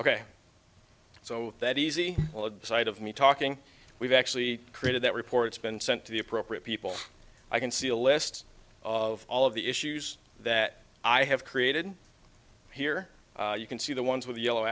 ok so that easy sight of me talking we've actually created that report it's been sent to the appropriate people i can see a list of all of the issues that i have created here you can see the ones with the yellow